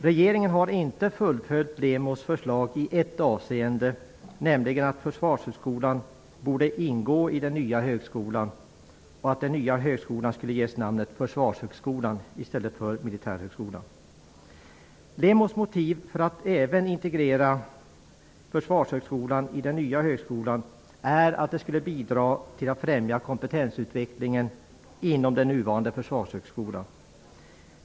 Regeringen har inte fullföljt LEMO:s förslag i ett avseende, nämligen att Försvarshögskolan borde ingå i den nya högskolan och att den nya högskolan skulle ges namnet Försvarshögskolan i stället för LEMO:s motiv för att integrera även Försvarshögskolan i den nya högskolan är att det skulle bidra till att främja kompetensutvecklingen inom den nuvarande Försvarshögskolan.